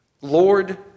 Lord